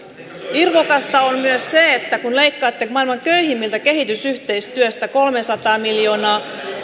irvokasta on myös se että kun leikkaatte maailman köyhimmiltä kehitysyhteistyöstä kolmesataa miljoonaa